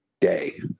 day